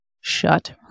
Shut